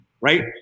right